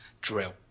drill